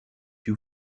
you